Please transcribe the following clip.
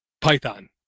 Python